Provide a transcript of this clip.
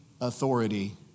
authority